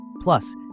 Plus